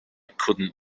couldn’t